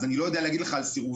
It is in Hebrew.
אז אני לא יודע להגיד לך על סירובים.